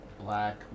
Black